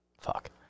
fuck